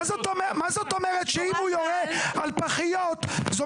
מה זאת אומרת שאם הוא יורה על פחיות זו